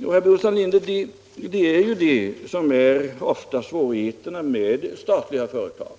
Det är ju det, herr Burenstam Linder, som ofta är svårigheterna med vissa statliga företag.